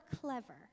clever